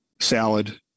salad